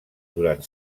durant